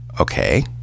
Okay